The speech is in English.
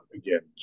again